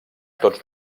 tots